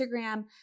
Instagram